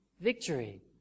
victory